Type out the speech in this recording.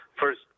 first